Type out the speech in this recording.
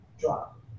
drop